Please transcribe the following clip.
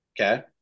okay